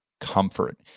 comfort